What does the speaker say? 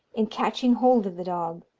in catching hold of the dog,